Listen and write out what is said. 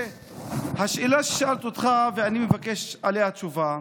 השאלה ששאלתי אותך, ואני מבקש עליה תשובה: